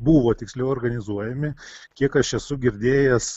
buvo tiksliau organizuojami kiek aš esu girdėjęs